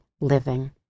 living